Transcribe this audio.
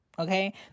Okay